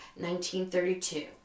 1932